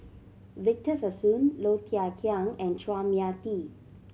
Victor Sassoon Low Thia Khiang and Chua Mia Tee